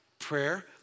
Prayer